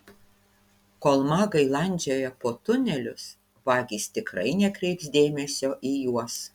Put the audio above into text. kol magai landžioja po tunelius vagys tikrai nekreips dėmesio į juos